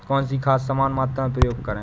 कौन सी खाद समान मात्रा में प्रयोग करें?